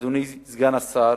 אדוני סגן השר,